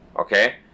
okay